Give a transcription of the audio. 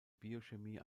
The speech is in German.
biochemie